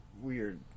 weird